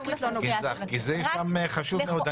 זה חשוב מאוד,